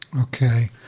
okay